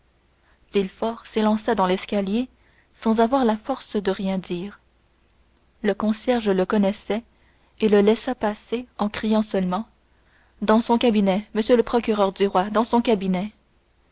effrayé villefort s'élança dans l'escalier sans avoir la force de rien dire le concierge le connaissait et le laissa en criant seulement dans son cabinet m le procureur du roi dans son cabinet